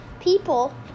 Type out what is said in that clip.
people